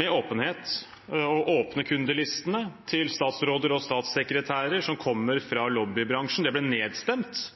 med åpenhet og å åpne kundelistene til statsråder og statssekretærer som kommer fra lobbybransjen. Det ble nedstemt